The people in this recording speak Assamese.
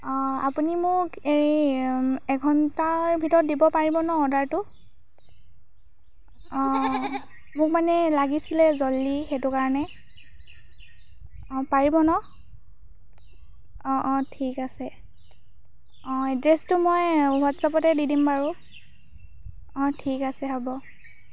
অঁ আপুনি মোক হেৰি এঘণ্টাৰ ভিতৰত দিব পাৰিব ন অৰ্ডাৰটো মোক মানে লাগিছিলে জল্ডি সেইটো কাৰণে অঁ পাৰিব ন অঁ অঁ ঠিক আছে অঁ এড্ৰেছটো মই হোৱাটছআপতে দি দিম বাৰু অঁ ঠিক আছে হ'ব